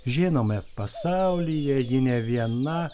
žinome pasaulyje ji ne viena